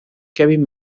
kevin